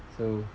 so